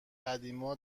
قدیما